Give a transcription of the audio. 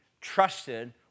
trusted